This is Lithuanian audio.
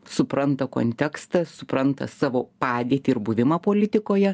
supranta kontekstą supranta savo padėtį ir buvimą politikoje